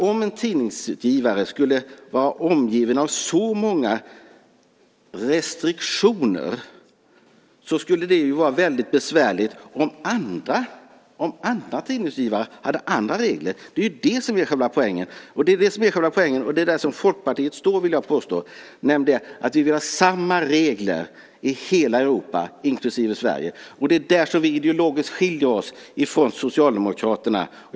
Om en tidningsutgivare skulle vara omgiven av så många restriktioner så skulle det vara väldigt besvärligt om andra tidningsutgivare hade andra regler. Det är ju det som är själva poängen. Det är där Folkpartiet står, vill jag påstå. Vi vill ha samma regler i hela Europa, inklusive Sverige. Det är där som vi ideologiskt skiljer oss åt från Socialdemokraterna.